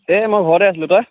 এই মই ঘৰতে আছিলোঁ তই